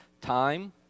time